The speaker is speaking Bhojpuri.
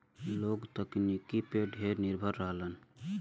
लोग तकनीकी पे ढेर निर्भर करलन